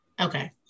okay